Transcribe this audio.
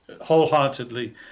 wholeheartedly